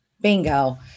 bingo